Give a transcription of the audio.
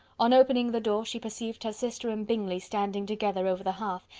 on opening the door, she perceived her sister and bingley standing together over the hearth,